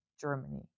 Germany